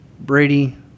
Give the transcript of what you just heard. Brady